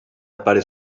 appare